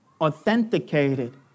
authenticated